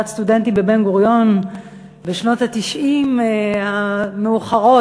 סטודנטים בבן-גוריון בשנות ה-90 המאוחרות,